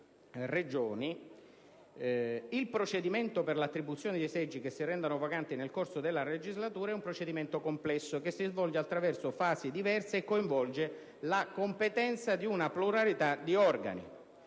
il procedimento per l'attribuzione dei seggi che si rendano vaganti nel corso della legislatura è un procedimento complesso, che si svolge attraverso fasi diverse e coinvolge le competenze di una pluralità di organi;